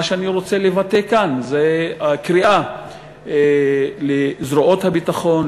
מה שאני רוצה לבטא כאן זה קריאה לזרועות הביטחון,